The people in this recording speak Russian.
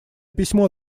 письмо